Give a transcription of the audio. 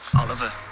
Oliver